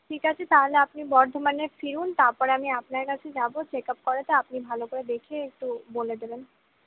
ঠিক আছে তাহলে আপনি বর্ধমানে ফিরুন তারপরে আমি আপনার কাছে যাবো চেকআপ করাতে আপনি ভালো করে দেখে একটু বলে দেবেন